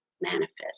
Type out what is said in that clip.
manifest